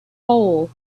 hole